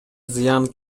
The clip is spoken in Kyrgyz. зыян